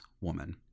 woman